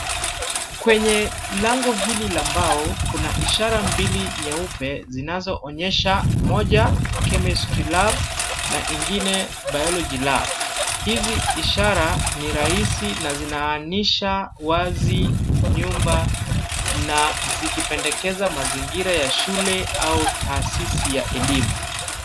Kwenye lango hili la mbao kuna ishara mbili nyeupe zinazoonyesha moja Chemistry lab na ingine Biology Lab . Hizi ishara ni rahisi na zinaang'isha wazi nyumba na zikipendekeza mazingira ya shule au taasisi ya elimu.